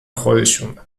خودشونه